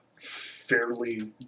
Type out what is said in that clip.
fairly